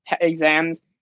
exams